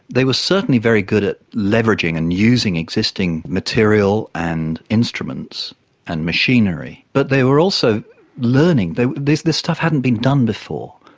they were certainly very good at leveraging and using existing material and instruments and machinery, but they were also learning. this this stuff hadn't been done before,